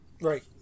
right